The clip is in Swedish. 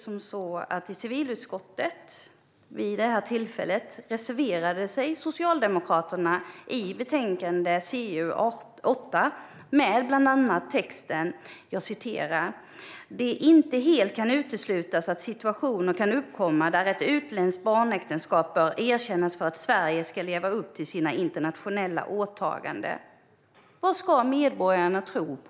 I civilutskottet reserverade sig Socialdemokraterna i betänkande CU8 med bland annat texten: ". det inte helt kan uteslutas att situationer kan uppkomma där ett utländskt barnäktenskap bör erkännas för att Sverige ska leva upp till sina internationella åtaganden." Vad ska medborgarna tro på?